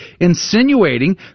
insinuating